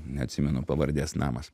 neatsimenu pavardės namas